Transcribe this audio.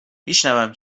میشونم